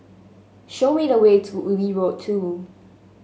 show me the way to Ubi Road Two